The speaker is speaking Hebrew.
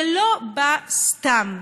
זה לא בא סתם.